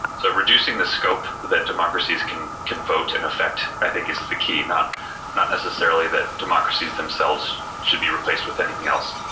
so reducing the scope that democracies can can vote in effect i think is the key, not not necessarily that democracies themselves should be replaced with anything else.